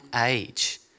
age